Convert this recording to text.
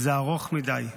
זה ארוך מדי.